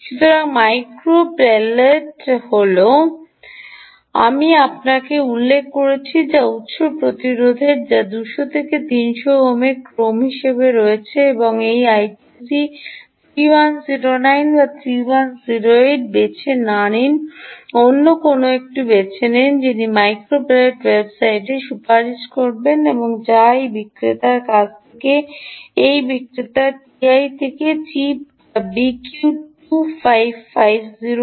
সুতরাং micro pelt হল আমি আপনাকে উল্লেখ করেছি যার উত্স প্রতিরোধের যা 200 থেকে 300 ওহমের ক্রম হিসাবে রয়েছে এই আইটিসি 3109 বা 3108 বেছে না নিন অন্য কোনও একটি বেছে নিন তিনি মাইক্রো পেলেট ওয়েবসাইটে সুপারিশ করেন যা এই বিক্রেতার কাছ থেকে এই বিক্রেতা TI থেকে চিপ যা BQ 25504